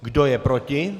Kdo je proti?